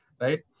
right